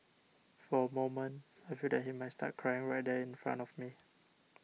for a moment I feel that he might start crying right there in front of me